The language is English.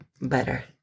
better